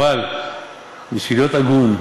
אבל בשביל להיות הגון,